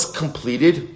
completed